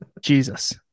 Jesus